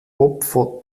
opfer